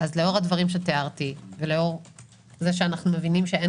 אז לאור הדברים שתיארתי ולאור זה שאנחנו מבינים שאין